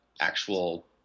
actual